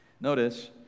Notice